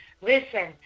Listen